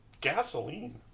gasoline